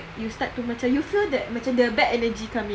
you start to macam you feel that macam the bad energy coming